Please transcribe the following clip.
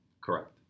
Correct